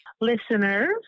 Listeners